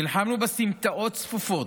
נלחמנו בסמטאות צפופות,